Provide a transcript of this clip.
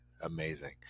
Amazing